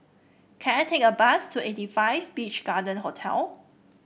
can I take a bus to eighty five Beach Garden Hotel